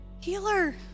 healer